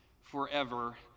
forever